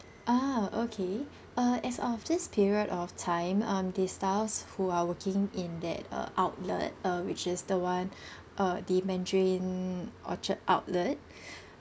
ah okay uh as of this period of time um the staffs who are working in that uh outlet uh which is the one uh the mandarin orchard outlet